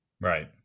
Right